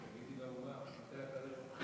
אולי תגידי לאומה מה תאריך הבחירות,